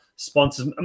sponsors